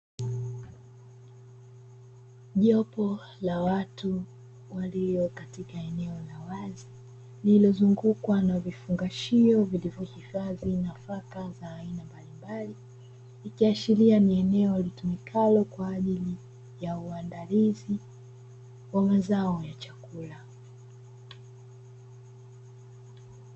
Jopo la watu walio katika eneo la wazi lililozungukwa na vifungashio vilivyohifadhi nafaka za aina mbalimbali, ikiashiria kuwa ni eneo litumikalo kwa ajili ya uandalizi wa mazao ya chakula.